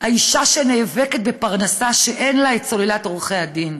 האישה שנאבקת בפרנסה, שאין לה סוללת עורכי דין,